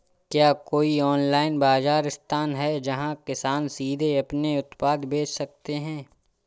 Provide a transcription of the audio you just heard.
क्या कोई ऑनलाइन बाज़ार स्थान है जहाँ किसान सीधे अपने उत्पाद बेच सकते हैं?